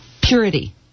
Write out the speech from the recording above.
purity